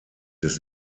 des